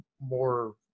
more